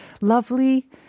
lovely